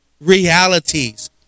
realities